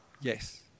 Yes